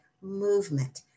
movement